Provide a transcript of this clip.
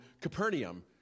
Capernaum